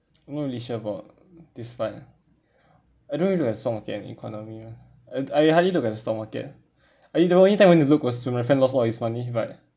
not really sure about this part I don't economy lah and I hardly look at the stock market ah I mean the only time I went to look was when my friend lost all his money but